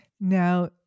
Now